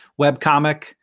webcomic